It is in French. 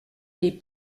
les